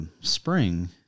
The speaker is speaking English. spring